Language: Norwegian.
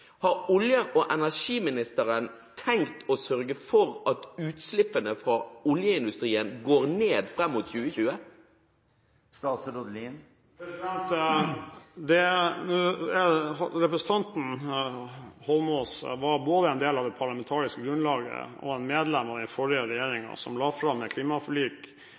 fra oljeindustrien går ned fram mot 2020? Representanten Eidsvoll Holmås var både en del av det parlamentariske grunnlaget og et medlem av den forrige regjeringen, som la fram et klimaforlik